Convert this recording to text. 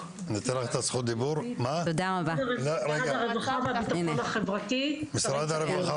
משפחה וילד בקהילה במשרד הרווחה והביטחון החברתי.